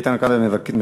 איתן כבל מוותר.